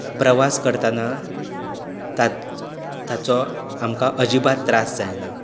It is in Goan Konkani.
प्रवास करतना ताचो आमकां अजिबात त्रास जायना